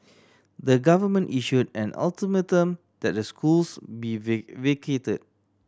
the government issued an ultimatum that the schools be V vacated